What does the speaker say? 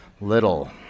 little